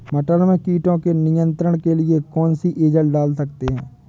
मटर में कीटों के नियंत्रण के लिए कौन सी एजल डाल सकते हैं?